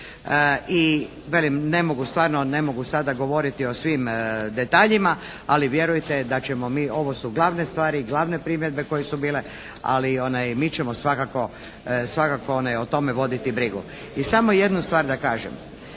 ne mogu sada govoriti o svim detaljima ali vjerujte, da ćemo mi, ovo su glavne stvari, glavne primjedbe koje su bile, ali mi ćemo svakako o tome voditi brigu. I samo jednu stvar da kažem.